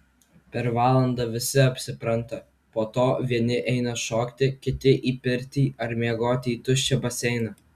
per valandą visi apsipranta po to vieni eina šokti kiti į pirtį ar miegoti į tuščią baseiną